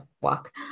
walk